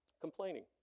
complaining